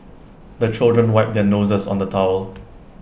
the children wipe their noses on the towel